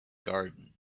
garden